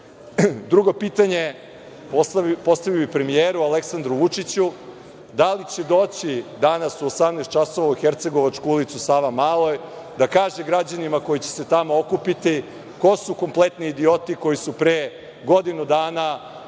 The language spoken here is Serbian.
ne? Drugo pitanje, postavio bih premijeru Aleksandru Vučiću, da li će doći danas u 18,00 časova u Hercegovačku ulicu u Savamaloj da kaže građanima koji će se tamo okupiti ko su kompletni idioti koji su pre godinu dana srušili